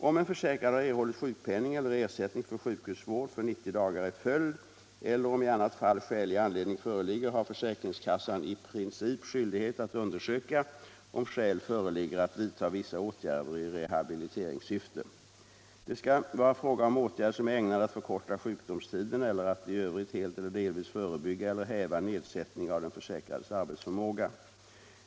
Om en försäkrad har erhållit sjukpenning eller ersättning för sjukhusvård för 90 dagar i följd eller om i annat fall skälig anledning föreligger har försäkringskassan i princip skyldighet att undersöka om skäl föreligger att vidta vissa åtgärder i rehabiliteringssyfte. Det skall vara fråga om åtgärd som är ägnad att förkorta sjukdomstiden eller att i övrigt helt eller delvis förebygga eller häva nedsättning av den försäkrades arbetsförmåga.